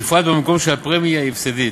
ובפרט במקום שהפרמיה היא הפסדית.